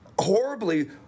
horribly